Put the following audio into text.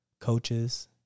coaches